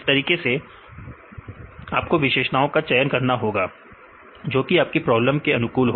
इसी तरीके से आपको विशेषताओं का चयन करना होगा जोकि आपकी प्रॉब्लम के अनुकूल हो